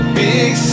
big